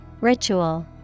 ritual